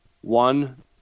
one